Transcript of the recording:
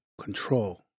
control